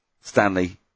Stanley